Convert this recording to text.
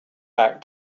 back